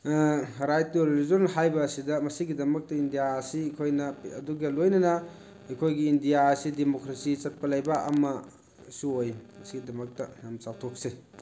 right to religion ꯍꯥꯏꯕ ꯑꯁꯤꯗ ꯃꯁꯤꯒꯤꯗꯃꯛꯇ ꯏꯟꯗꯤꯌꯥ ꯑꯁꯤ ꯑꯈꯣꯏꯅ ꯑꯗꯨꯒ ꯂꯣꯏꯅꯅ ꯑꯩꯈꯣꯏꯒꯤ ꯏꯟꯗꯤꯌꯥ ꯑꯁꯤ ꯗꯦꯃꯣꯀ꯭ꯔꯦꯁꯤ ꯆꯠꯄ ꯂꯩꯕꯥꯛ ꯑꯃꯁꯨ ꯑꯣꯏ ꯃꯁꯤꯒꯤꯗꯃꯛꯇ ꯌꯥꯝ ꯆꯥꯎꯊꯣꯛꯆꯩ